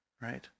Right